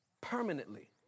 permanently